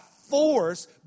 force